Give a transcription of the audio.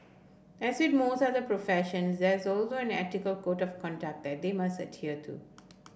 as with most other profession there is also an ethical code of conduct that they must adhere to